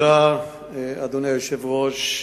אדוני היושב-ראש,